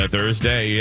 Thursday